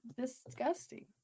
Disgusting